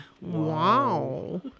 wow